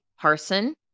Parson